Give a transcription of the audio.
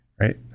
right